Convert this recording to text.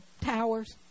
towers